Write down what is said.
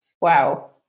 Wow